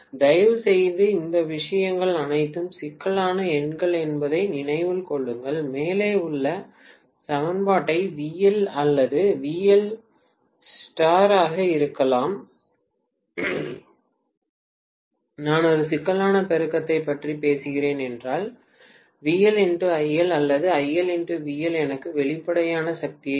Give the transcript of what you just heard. தயவுசெய்து இந்த விஷயங்கள் அனைத்தும் சிக்கலான எண்கள் என்பதை நினைவில் கொள்ளுங்கள் மேலே உள்ள சமன்பாட்டை VL அல்லது VL ஆல் பெருக்கலாம் நான் ஒரு சிக்கலான பெருக்கத்தைப் பற்றி பேசுகிறேன் என்றால் VL IL அல்லது IL VL எனக்கு வெளிப்படையான சக்தியைத் தரும்